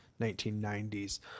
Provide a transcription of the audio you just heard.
1990s